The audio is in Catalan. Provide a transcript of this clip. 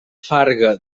farga